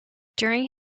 during